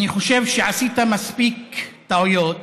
אני חושב שעשית מספיק טעויות